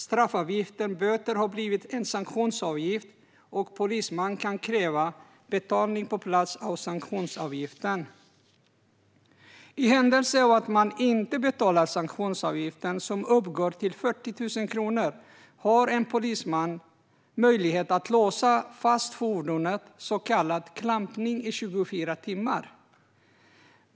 Straffavgiften - böter - har blivit en sanktionsavgift, och polisman kan kräva betalning på plats av sanktionsavgiften. I händelse av att man inte betalar sanktionsavgiften, som uppgår till 40 000 kronor, har en polisman möjlighet att låsa fast fordonet genom så kallad klampning i 24 timmar.